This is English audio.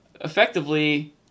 effectively